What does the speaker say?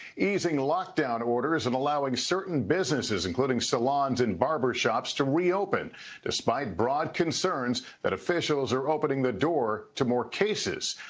easing lockdown orders and allowing certain businesses including salons and barbershops to reopen despite broad concerns that officials are opening the door to more cases.